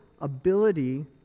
ability